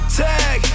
tag